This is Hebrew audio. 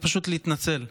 הכי פשוט זה פשוט להתנצל,